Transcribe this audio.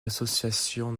l’association